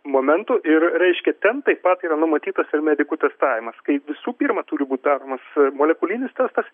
momentų ir reiškia ten taip pat yra numatytas ir medikų testavimas kaip visų pirma turi būt daromas molekulinis testas